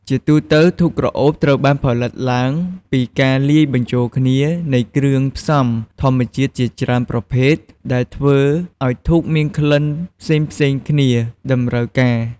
ជាទូទៅធូបក្រអូបត្រូវបានផលិតឡើងពីការលាយបញ្ចូលគ្នានៃគ្រឿងផ្សំធម្មជាតិជាច្រើនប្រភេទដែលធ្វើឲ្យធូបមានក្លិនផ្សេងៗគ្នាតម្រូវការ។